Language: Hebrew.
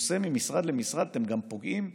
נושא ממשרד למשרד, אתם גם פוגעים ממש,